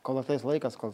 kol ateis laikas kol